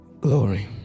glory